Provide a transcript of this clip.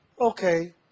Okay